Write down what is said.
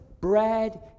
bread